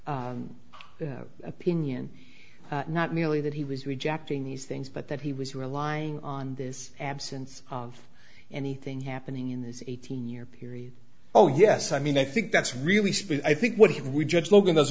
opinion not merely that he was rejecting these things but that he was relying on this absence of anything happening in this eighteen year period oh yes i mean i think that's really i think what if we judge logan